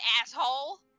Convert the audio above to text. asshole